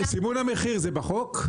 סימון המחיר זה בחוק?